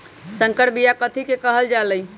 संकर बिया कथि के कहल जा लई?